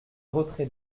retrait